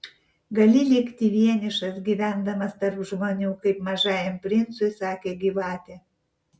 gali likti vienišas gyvendamas tarp žmonių kaip mažajam princui sakė gyvatė